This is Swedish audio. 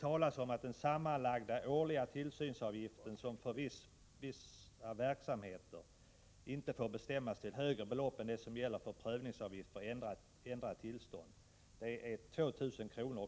talas om att den sammanlagda årliga tillsynsavgiften för vissa verksamheter inte får bestämmas till högre belopp än vad som gäller för prövningsavgifter för ändrat tillstånd. Det är 2 000 kr.